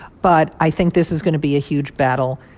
but i think this is going to be a huge battle.